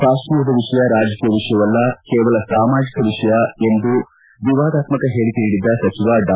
ಕಾಶ್ಮೀರದ ವಿಷಯ ರಾಜಕೀಯ ವಿಷಯವಲ್ಲ ಕೇವಲ ಸಾಮಾಜಿಕ ವಿಷಯ ಎಂದು ಹೇಳಿಕೆ ನೀಡಿದ್ದ ಸಚಿವ ಡಾ